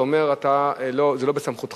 אתה אומר שזה לא בסמכותך,